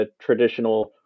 traditional